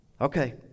Okay